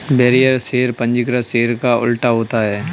bearer share पंजीकृत share का उल्टा होता है